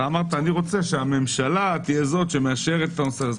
אמרת: אני רוצה שהממשלה תהיה זאת שמאשרת את הנושא הזה.